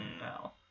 no